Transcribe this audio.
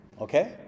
Okay